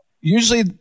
Usually